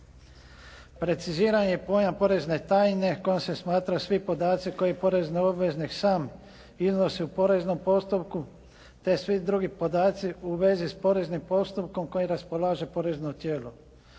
Preciziran je pojam porezne tajne kojom se smatraju svi podaci koji porezni obveznik iznosi sam u poreznom postupku te svi drugi podaci u vezi s poreznim postupkom kojim raspolaže porezno tijelo.